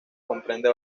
comprende